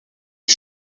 est